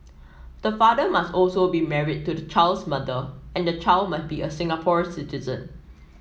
the father must also be married to the child's mother and the child must be a Singapore citizen